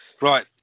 Right